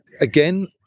again